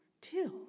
till